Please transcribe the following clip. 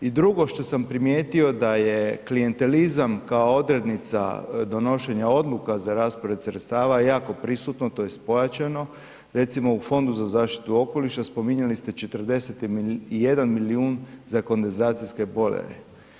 I drugo što sam primjerio da je klijentelizam kao odrednica donošenja odluka za raspored sredstava je jako prisutno, tj. pojačano, recimo u Fondu za zaštitu okoliša spominjali ste 41 milijun za kondenzacijske bojlere.